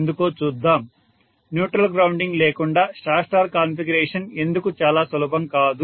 ఎందుకో చూద్దాం neutral grounding లేకుండా స్టార్ స్టార్ కాన్ఫిగరేషన్ ఎందుకు చాలా సులభం కాదు